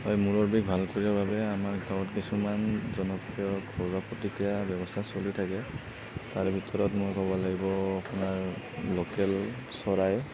হয় মূৰৰ বিষ ভাল কৰিবৰ বাবে আমাৰ গাঁৱত কিছুমান জনপ্ৰিয় ঘৰুৱা প্ৰতিকাৰ ব্যৱস্থা চলি থাকে তাৰে ভিতৰত মই ক'ব লাগিব আপোনাৰ লোকেল চৰাই